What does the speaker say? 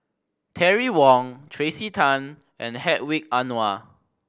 Terry Wong Tracey Tan and Hedwig Anuar